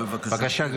בבקשה, בבקשה.